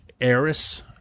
heiress